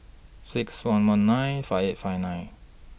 six one one nine five eight five nine